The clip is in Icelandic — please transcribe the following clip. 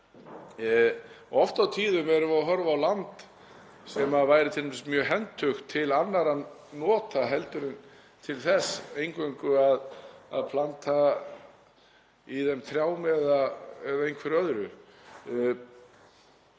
oft og tíðum erum við að horfa á land sem væri t.d. mjög hentugt til annarra nota heldur en að til þess eingöngu að planta trjám eða einhverju öðru.